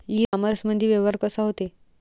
इ कामर्समंदी व्यवहार कसा होते?